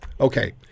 Okay